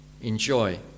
enjoy